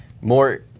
more